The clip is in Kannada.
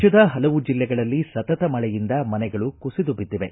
ರಾಜ್ಯದ ಹಲವು ಜೆಲ್ಲೆಗಳಲ್ಲಿ ಸತತ ಮಳೆಯಿಂದ ಮನೆಗಳು ಕುಸಿದು ಬಿದ್ದಿವೆ